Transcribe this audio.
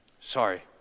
sorry